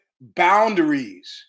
Boundaries